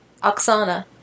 Oksana